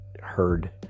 heard